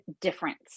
difference